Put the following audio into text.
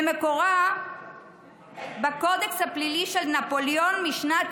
ומקורה בקודקס הפלילי של נפוליאון משנת